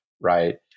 right